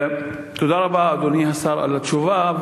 תודה רבה, אדוני השר, על התשובה.